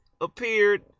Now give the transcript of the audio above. appeared